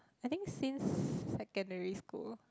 I think since secondary school